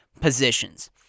positions